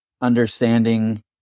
understanding